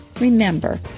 remember